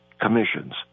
commissions